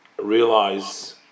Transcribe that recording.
realize